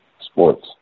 sports